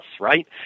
right